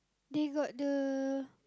they got the